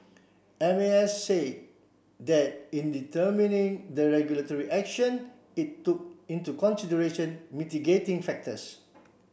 M A S say that in determining the regulatory action it took into consideration mitigating factors